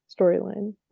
storyline